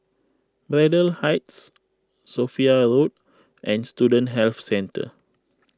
Braddell Heights Sophia Road and Student Health Centre